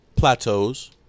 plateaus